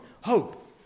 hope